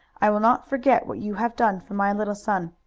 i will not forget what you have done for my little son.